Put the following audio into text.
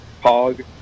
hog